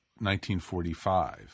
1945